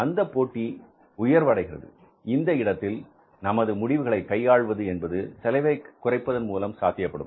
அந்தப் போட்டி உயர்கிறது இந்த இடத்தில் நமது முடிவுகளை கையாள்வது என்பது செலவை குறைப்பதன் மூலம் சாத்தியப்படும்